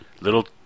Little